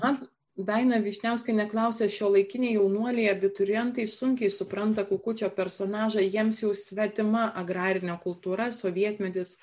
man daina vyšniauskienė klausia šiuolaikiniai jaunuoliai abiturientai sunkiai supranta kukučio personažą jiems jau svetima agrarinė kultūra sovietmetis